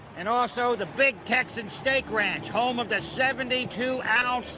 and also the big texan steak ranch, home of the seventy two ounce,